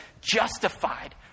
justified